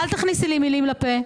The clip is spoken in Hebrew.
אל תכניסי מילים בפי.